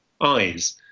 eyes